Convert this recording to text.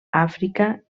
àfrica